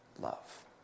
love